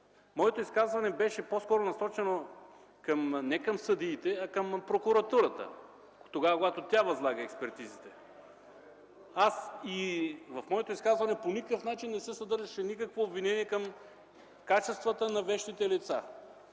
моето изказване беше по-скоро насочено не към съдиите, а към прокуратурата – тогава, когато тя възлага експертизите. В моето изказване по никакъв начин не се съдържаше обвинение към качествата на вещите лица.